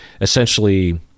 essentially-